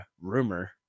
rumor